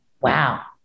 Wow